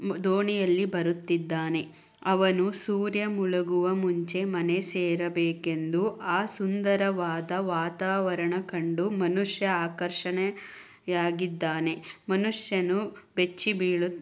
ದೋಣಿಯಲ್ಲಿ ಬರುತ್ತಿದ್ದಾನೆ ಅವನು ಸೂರ್ಯ ಮುಳುಗುವ ಮುಂಚೆ ಮನೆ ಸೇರಬೇಕೆಂದು ಆ ಸುಂದರವಾದ ವಾತಾವರಣ ಕಂಡು ಮನುಷ್ಯ ಆಕರ್ಷಣೆ ಯಾಗಿದ್ದಾನೆ ಮನುಷ್ಯನು ಬೆಚ್ಚಿಬೀಳು